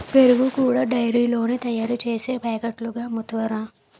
పెరుగు కూడా డైరీలోనే తయారుసేసి పాకెట్లుగా అమ్ముతారురా